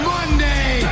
Monday